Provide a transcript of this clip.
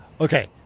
Okay